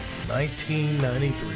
1993